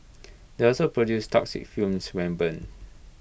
they also produce toxic fumes when burned